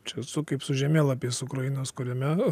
čia esu kaip su žemėlapiais ukrainos kuriame